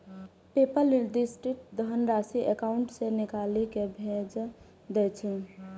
PayPal निर्दिष्ट धनराशि account सं निकालि कें भेज दै छै